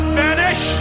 vanish